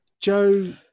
Joe